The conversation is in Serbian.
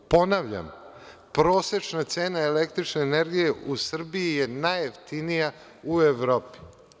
Ponavljam, prosečna cena električne energije u Srbiji je najjeftinija u Evropi.